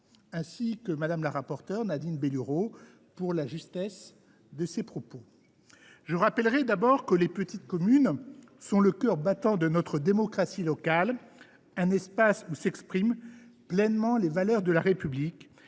également Mme la rapporteure Nadine Bellurot pour la justesse de ses propos. Je rappellerai d’abord que les petites communes sont le cœur battant de notre démocratie locale, un espace où s’expriment pleinement les valeurs de la République